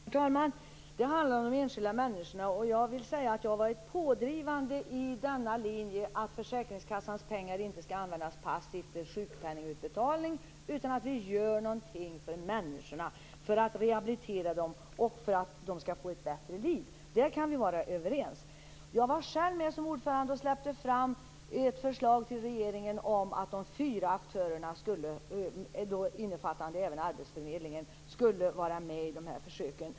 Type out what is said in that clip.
Herr talman! Det handlar om de enskilda människorna, och jag vill säga att jag har varit pådrivande i linjen att försäkringskassans pengar inte skall användas på passiv sjukpenningutbetalning utan att vi gör något för att rehabilitera människorna för att de skall få ett bättre liv. I fråga om detta kan vi vara överens. Som ordförande var jag själv med och lade fram ett förslag till regeringen om att de fyra aktörerna, innefattande även arbetsförmedlingen, skulle vara med i dessa försök.